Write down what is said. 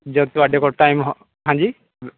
ਜਦੋਂ ਤੁਹਾਡੇ ਕੋਲ ਟਾਈਮ ਹੋ ਹਾਂਜੀ